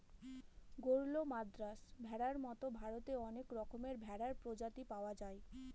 গরল, মাদ্রাজ ভেড়ার মতো ভারতে অনেক রকমের ভেড়ার প্রজাতি পাওয়া যায়